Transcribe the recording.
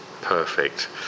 Perfect